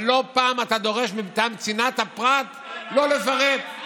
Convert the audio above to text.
אבל לא פעם אתה דורש מטעם צנעת הפרט לא לפרט,